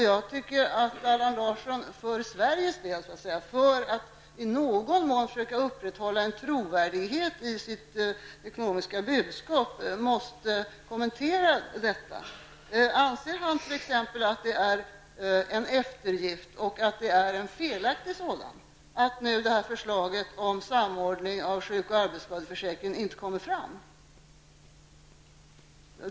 Jag tycker att Allan Larsson för Sveriges del och för att i någon mån söka upprätthålla trovärdigheten i sitt ekonomiska budskap måste kommentera detta. Anser han t.ex. att det är en eftergift -- och en felaktig sådan -- att förslaget om samordning av sjuk och arbetsskadeförsäkringen inte kommer fram?